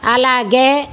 అలాగే